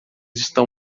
estão